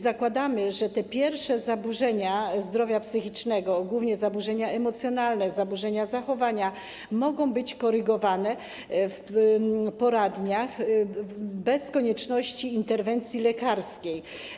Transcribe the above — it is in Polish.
Zakładamy, że pierwsze zaburzenia zdrowia psychicznego, głównie zaburzenia emocjonalne, zaburzenia zachowania, mogą być korygowane w poradniach bez konieczności interwencji lekarskiej.